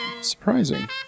Surprising